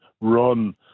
run